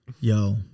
Yo